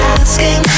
asking